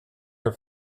her